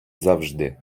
завжди